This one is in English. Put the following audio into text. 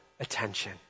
attention